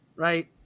Right